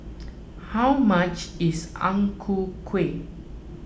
how much is Ang Ku Kueh